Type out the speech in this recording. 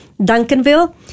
Duncanville